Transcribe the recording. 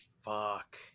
Fuck